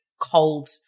cold